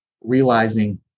realizing